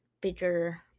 bigger